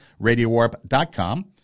RadioWarp.com